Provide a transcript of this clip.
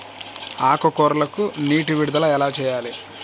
ఆకుకూరలకు నీటి విడుదల ఎలా చేయాలి?